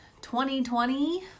2020